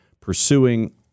pursuing